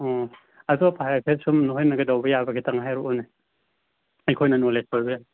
ꯑꯣ ꯑꯇꯣꯞꯄ ꯍꯥꯏꯐꯦꯠ ꯁꯨꯝ ꯅꯈꯣꯏꯅ ꯀꯩꯗꯧꯕ ꯌꯥꯕꯒꯦ ꯈꯤꯇꯪ ꯍꯥꯏꯔꯛꯑꯣꯅꯦ ꯑꯩꯈꯣꯏꯅ ꯅꯣꯂꯦꯖ ꯑꯣꯏꯕ